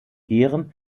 ehren